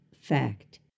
fact